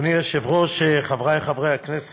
אדוני היושב-ראש, חברי חברי הכנסת,